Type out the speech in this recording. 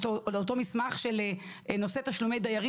אני מדברת על אותו המסמך של נושא תשלומי הדיירים